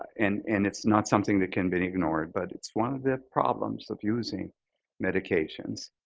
and and it's not something that can be ignored but it's one of the problems of using medications